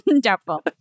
Doubtful